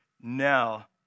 Now